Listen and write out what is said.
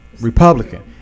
Republican